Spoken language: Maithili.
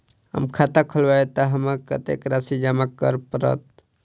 हम खाता खोलेबै तऽ हमरा कत्तेक राशि जमा करऽ पड़त?